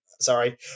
sorry